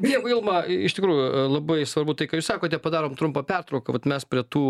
dėkui ilma iš tikrųjų labai svarbu tai ką jūs sakote padarom trumpą pertrauką vat mes prie tų